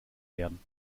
werden